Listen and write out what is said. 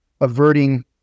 averting